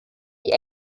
die